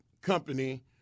company